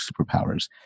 superpowers